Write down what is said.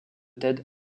ted